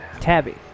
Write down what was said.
Tabby